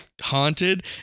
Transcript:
haunted